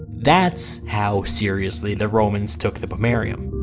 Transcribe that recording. that's how seriously the romans took the pomerium.